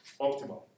optimal